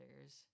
others